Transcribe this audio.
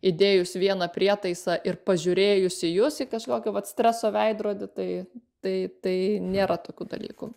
įdėjus vieną prietaisą ir pažiūrėjus į jus į kažkokį vat streso veidrodį tai tai tai nėra tokių dalykų